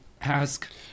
ask